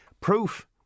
proof